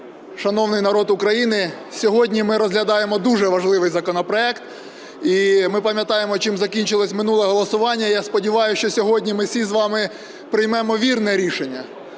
шановний народ України! Сьогодні ми розглядаємо дуже важливий законопроект, і ми пам'ятаємо, чим закінчилося минуле голосування. Я сподіваюся, що сьогодні ми всі з вами приймемо вірне рішення